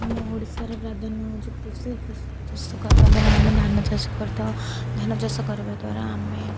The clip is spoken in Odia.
ଆମ ଓଡ଼ିଶାରେ ପ୍ରାଧାନ୍ୟ ହେଉଛି କୃଷି କୃଷି ଚାଷ କରିବା ଦ୍ୱାରା ଆମେ ଧାନ ଚାଷ କରିଥାଉ ଧାନ ଚାଷ କରିବା ଦ୍ୱାରା ଆମେ